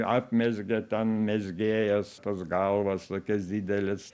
apmezgė ten mezgėjas tas galvas tokias dideles